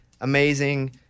Amazing